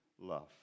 love